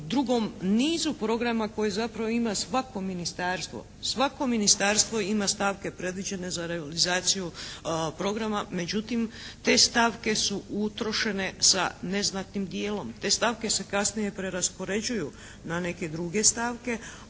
drugom nizu programa koje zapravo ima svako ministarstvo. Svako ministarstvo ima stavke predviđene za realizaciju programa međutim te stavke su utrošene sa neznatnim dijelom. Te stavke se kasnije preraspoređuju na neke druge stavke,